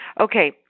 Okay